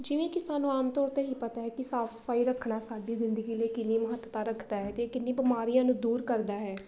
ਜਿਵੇਂ ਕੀ ਸਾਨੂੰ ਆਮ ਤੌਰ 'ਤੇ ਹੀ ਪਤਾ ਹੈ ਕਿ ਸਾਫ਼ ਸਫ਼ਾਈ ਰੱਖਣਾ ਸਾਡੀ ਜ਼ਿੰਦਗੀ ਲਈ ਕਿੰਨੀ ਮਹੱਤਤਾ ਰੱਖਦਾ ਹੈ ਅਤੇ ਕਿੰਨੀ ਬਿਮਾਰੀਆਂ ਨੂੰ ਦੂਰ ਕਰਦਾ ਹੈ